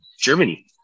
Germany